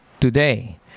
today